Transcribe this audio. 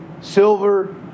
silver